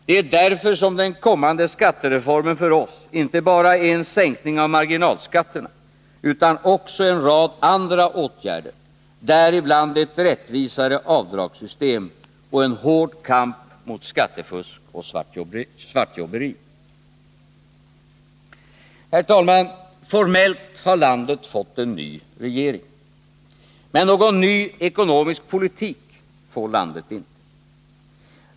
Det är därför den kommande skattereformen för oss inte bara är en sänkning av marginalskatterna utan också en rad andra åtgärder, däribland ett rättvisare avdragssystem och en hård kamp mot skattefusk och svartjobberi. Herr talman! Formellt har landet fått en ny regering. Men någon ny ekonomisk politik får landet inte.